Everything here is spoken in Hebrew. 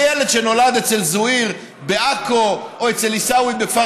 וילד שנולד אצל זוהיר בעכו או אצל עיסאווי בכפר